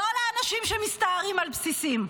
לא אל אנשים שמסתערים על בסיסים.